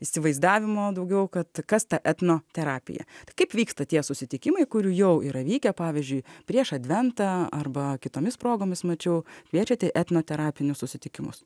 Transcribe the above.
įsivaizdavimo daugiau kad kas ta etnoterapija kaip vyksta tie susitikimai kurių jau yra vykę pavyzdžiui prieš adventą arba kitomis progomis mačiau kviečiate į etnoterapinius susitikimus